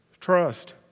Trust